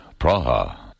Praha